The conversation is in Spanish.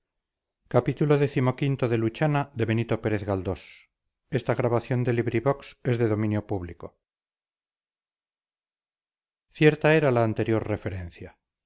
cierta era la anterior referencia